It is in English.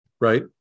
Right